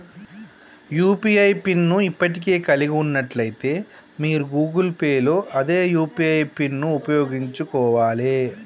UPI PIN ను ఇప్పటికే కలిగి ఉన్నట్లయితే మీరు గూగుల్ పే లో అదే యూ.పీ.ఐ పిన్ను ఉపయోగించుకోవాలే